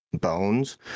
bones